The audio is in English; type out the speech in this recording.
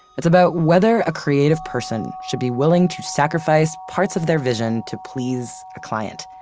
it's about whether a creative person should be willing to sacrifice parts of their vision to please a client.